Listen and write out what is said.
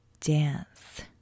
dance